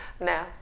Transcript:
now